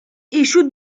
échoue